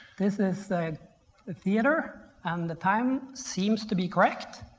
this is the theater and the time seems to be correct.